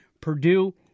Purdue